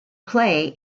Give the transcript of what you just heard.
play